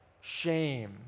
shame